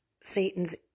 Satan's